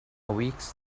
weeks